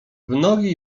nogi